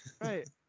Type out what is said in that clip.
Right